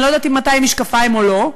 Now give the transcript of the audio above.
אני לא יודעת אם אתה עם משקפיים או לא,